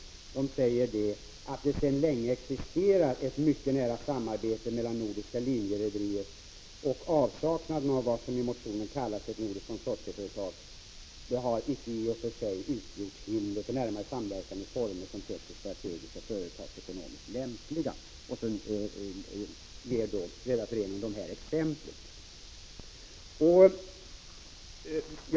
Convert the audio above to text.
Man säger nämligen att det ”sedan länge existerar ett mycket nära samarbete mellan nordiska linjerederier och att avsaknaden av vad som i motionen kallas ”ett nordiskt konsortieföretag” icke i och för sig utgjort hinder för närmare samverkan i former som tett sig strategiskt och företagsekonomiskt lämpliga.” Sedan ger man från Redareföreningens sida ett par exempel på ett sådant samarbete.